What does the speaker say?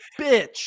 bitch